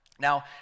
Now